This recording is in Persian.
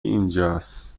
اینجاس